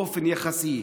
באופן יחסי,